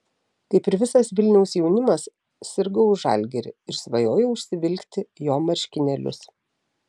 kaip ir visas vilniaus jaunimas sirgau už žalgirį ir svajojau užsivilkti jo marškinėlius